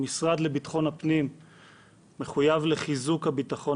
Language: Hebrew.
המשרד לביטחון הפנים מחויב לחיזוק הביטחון